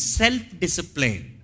self-discipline